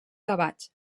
gavatx